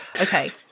okay